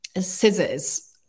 scissors